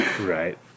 Right